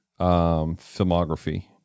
filmography